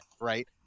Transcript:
Right